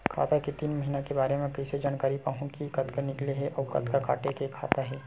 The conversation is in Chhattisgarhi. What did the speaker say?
खाता के तीन महिना के बारे मा कइसे जानकारी पाहूं कि कतका निकले हे अउ कतका काटे हे खाता ले?